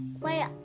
Wait